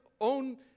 own